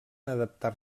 adaptar